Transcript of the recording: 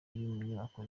y’inyubako